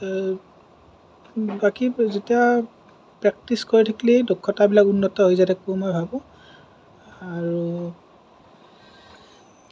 বাকী যেতিয়া প্ৰেক্টিছ কৰি থাকিলেই দক্ষতাবিলাক উন্নত হৈ যায় থাকে মই ভাবোঁ আৰু